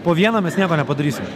po vieną mes nieko nepadarysim